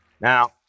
Now